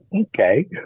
Okay